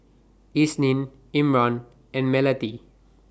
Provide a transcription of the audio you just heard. Isnin Imran and Melati